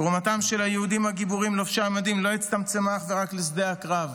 תרומתם של היהודים הגיבורים לובשי המדים לא הצטמצמה אך ורק לשדה הקרב,